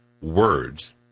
words